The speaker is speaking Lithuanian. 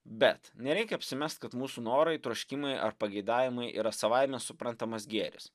bet nereikia apsimest kad mūsų norai troškimai ar pageidavimai yra savaime suprantamas gėris